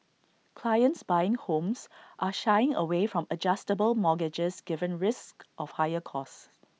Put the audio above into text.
clients buying homes are shying away from adjustable mortgages given risks of higher costs